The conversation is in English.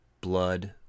Blood